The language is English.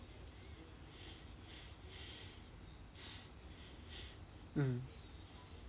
mm